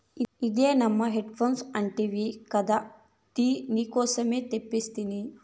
ఇదే నమ్మా హే ఫోర్క్ అంటివి గదా అది నీకోసమే తెస్తిని